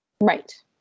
Right